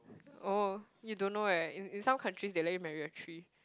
oh you don't know eh in in some countries they let you marry a tree